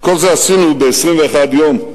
כל זה עשינו ב-21 יום.